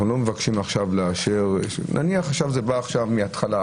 אנחנו לא מבקשים עכשיו לאשר נניח זה בא עכשיו מהתחלה,